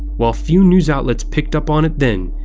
while few news outlets picked up on it then,